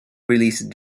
released